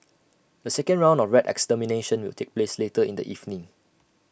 A second round of rat extermination will take place later in the evening